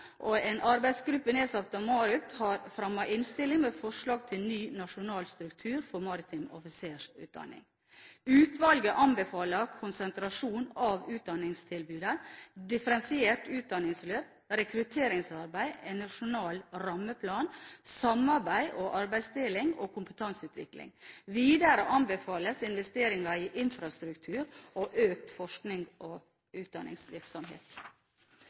og en arbeidsgruppe nedsatt av MARUT har fremmet innstilling med forslag til ny nasjonal struktur for maritim offisersutdanning. Utvalget anbefaler konsentrasjon av utdanningstilbudet, differensiert utdanningsløp, rekrutteringsarbeid, en nasjonal rammeplan, samarbeid og arbeidsdeling og kompetanseutvikling. Videre anbefales investeringer i infrastruktur og økt forsknings- og utdanningsvirksomhet.